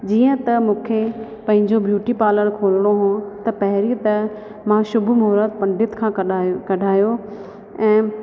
जीअं त मूंखे पंहिंजो ब्यूटी पार्लर खोलिणो हो त पहिरीं त मां शुभ मुहुरत पंडित खां कढाए कढायो ऐं